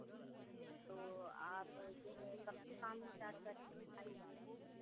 तो आप जो है कब से काम स्टार्ट करेंगे